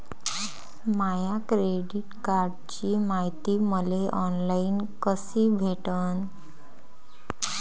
माया credit कार्डची मायती मले ऑनलाईन कसी भेटन?